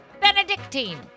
Benedictine